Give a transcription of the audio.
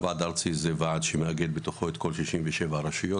הוועד הארצי זה ועד שמאגד בתוכו את כל 67 הרשויות,